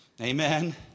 Amen